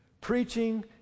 preaching